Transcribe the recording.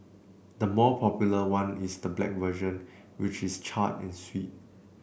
the more popular one is the black version which is charred and sweet